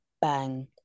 bang